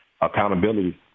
accountability